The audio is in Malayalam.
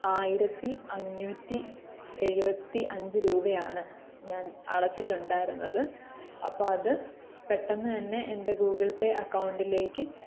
ആയിരത്തി അഞ്ഞൂറ്റി എഴുപത്തി അഞ്ച് രൂപയാണ് ഞാൻ അടച്ചിട്ടുണ്ടായിരുന്നത് അപ്പോൾ അത് പെട്ടെന്ന് തന്നെ എൻ്റെ ഗൂഗിൾ പേ അക്കൗണ്ടിലേക്ക്